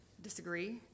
disagree